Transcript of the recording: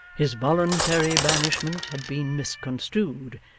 his voluntary banishment had been misconstrued,